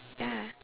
ya